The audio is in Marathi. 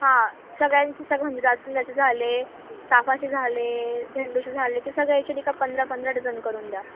हां सगळ्यांची सगळं म्हणजे जास्वंदाचे झाले चाफाचे झाले झेंडूचे झाले ते सगळ्याचे नाही का पंधरा पंधरा डझन करून द्या